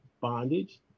bondage